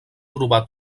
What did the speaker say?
trobar